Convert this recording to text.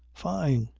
fyne.